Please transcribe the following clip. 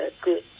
good